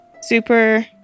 super